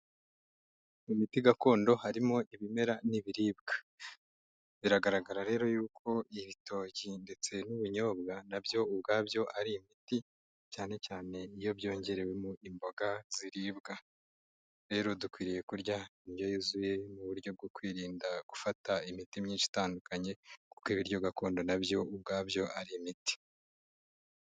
Imiti gakondo harimo ibimera n'ibiribwa. Biragaragara rero yuko ibitoki ndetse n'ubunyobwa na byo ubwabyo ari imiti cyane cyane iyo byongerewemo imboga ziribwa. Rero dukwiriye kurya indyo yuzuye mu buryo bwo kwirinda gufata imiti myinshi itandukanye, kuko ibiryo gakondo na byo ubwabyo ari imiti.